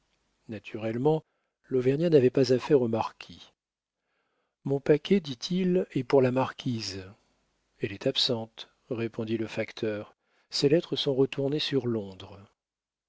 naturellement l'auvergnat n'avait pas affaire au marquis mon paquet dit-il est pour la marquise elle est absente répondit le facteur ses lettres sont retournées sur londres